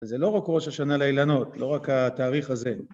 זה לא רק ראש השנה לאילנות, לא רק התאריך הזה.